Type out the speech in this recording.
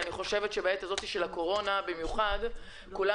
אני חושבת שבעת הזו של הקורונה במיוחד כולם